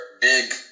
big